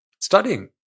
studying